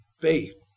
faith